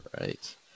Right